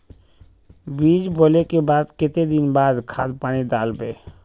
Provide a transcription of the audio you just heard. बीज बोले के बाद केते दिन बाद खाद पानी दाल वे?